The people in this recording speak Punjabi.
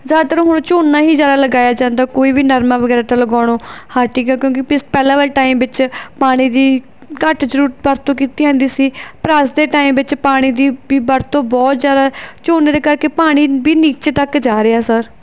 ਜ਼ਿਆਦਾਤਰ ਹੁਣ ਝੋਨਾ ਹੀ ਜ਼ਿਆਦਾ ਲਗਾਇਆ ਜਾਂਦਾ ਕੋਈ ਵੀ ਨਰਮਾ ਵਗੈਰਾ ਤਾਂ ਲਗਾਉਣੋਂ ਹੱਟ ਹੀ ਗਿਆ ਕਿਉਂਕਿ ਪੀਸ ਪਹਿਲਾਂ ਵਾਲੇ ਟਾਈਮ ਵਿੱਚ ਪਾਣੀ ਦੀ ਘੱਟ ਜ਼ਰੂਰਤ ਵਰਤੋਂ ਕੀਤੀ ਜਾਂਦੀ ਸੀ ਪਰ ਅੱਜ ਦੇ ਟਾਈਮ ਵਿੱਚ ਪਾਣੀ ਦੀ ਵੀ ਵਰਤੋਂ ਬਹੁਤ ਜ਼ਿਆਦਾ ਝੋਨੇ ਦੇ ਕਰਕੇ ਪਾਣੀ ਵੀ ਨੀਚੇ ਤੱਕ ਜਾ ਰਿਹਾ ਸਰ